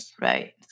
right